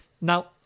Now